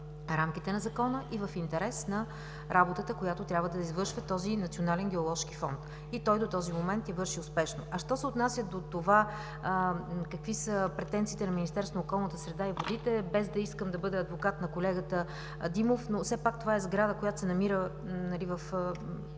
в рамките на закона и в интерес на работата, която трябва да извършва Националният геоложки фонд и той до този момент я върши успешно. Що се отнася до това какви са претенциите на Министерството на околната среда и водите. Без да искам да бъда адвокат на колегата Димов, все пак това е сграда, която се намира в